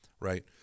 Right